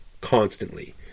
constantly